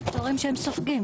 והפטורים שהם סופגים.